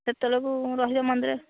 ସେତେବେଳ କୁ ରହିଲେ ମନ୍ଦିରରେ